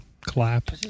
Clap